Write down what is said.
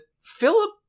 Philip